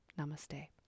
Namaste